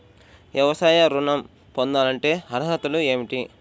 వ్యవసాయ ఋణం పొందాలంటే అర్హతలు ఏమిటి?